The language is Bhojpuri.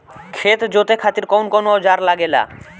खेत जोते खातीर कउन कउन औजार लागेला?